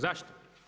Zašto?